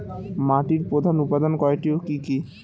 মাটির প্রধান উপাদান কয়টি ও কি কি?